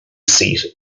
seat